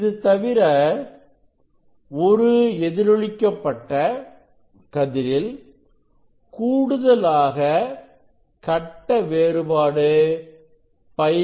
இது தவிர ஒரு எதிரொலிக்க பட்ட கதிரில் கூடுதலாக கட்ட வேறுபாடு phi